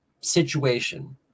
situation